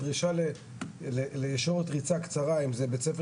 הדרישה לישורת ריצה קצרה אם זה בית-ספר